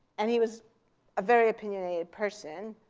and he was a very opinionated person.